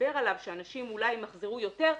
מדבר עליו שאנשים אולי ימחזרו יותר,